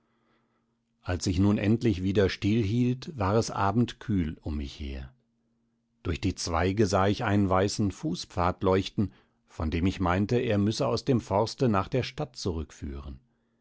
als ich nun endlich wieder still hielt war es abendkühl um mich her durch die zweige sah ich einen weißen fußpfad leuchten von dem ich meinte er müsse aus dem forste nach der stadt zurückführen